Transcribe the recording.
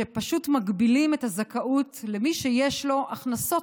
שפשוט מגבילים את הזכאות למי שיש לו הכנסות